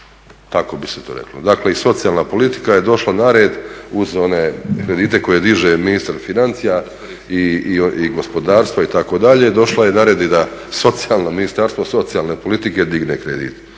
tako bi se to reklo. Dakle o socijalna politika je došla na red uz one kredite koje diže ministar financija i gospodarstvo itd. došla je na red i da Ministarstvo socijalne politike digne kredit.